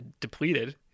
depleted